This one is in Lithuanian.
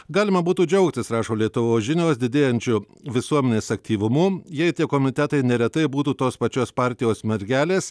galima būtų džiaugtis rašo lietuvos žinios didėjančiu visuomenės aktyvumu jei tie komitetai neretai būtų tos pačios partijos mergelės